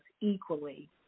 equally